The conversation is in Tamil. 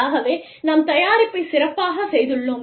ஆகவே நாம் தயாரிப்பைச் சிறப்பாகச் செய்துள்ளோம்